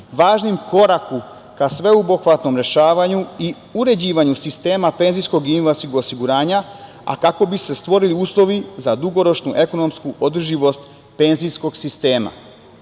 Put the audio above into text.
važnim korakom ka sveobuhvatnom rešavanju i uređivanju sistema penzijskog i invalidskog osiguranja, a kako bi se stvorili uslovi za dugoročnu ekonomsku održivost penzijskog